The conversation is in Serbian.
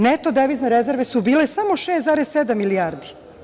Neto devizne rezerve su bile samo 6,7 milijardi.